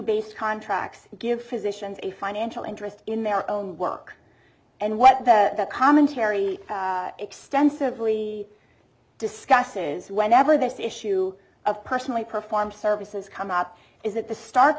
base contracts give physicians a financial interest in their own work and what the commentary extensively discusses whenever this issue of personally perform services come up is that the stark